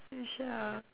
you sure ah